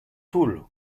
toul